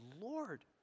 Lord